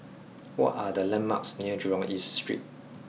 what are the landmarks near Jurong East Street